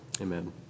Amen